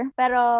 pero